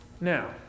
Now